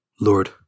Lord